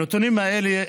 הנתונים האלה,